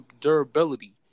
durability